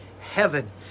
heaven